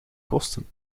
kosten